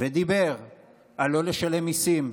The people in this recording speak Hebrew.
על לא לשלם מיסים,